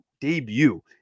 debut